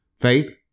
Faith